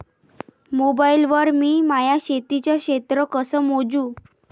Mobile वर मी माया शेतीचं क्षेत्र कस मोजू?